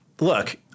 Look